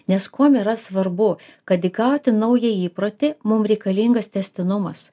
nes kuom yra svarbu kad įgauti naują įprotį mum reikalingas tęstinumas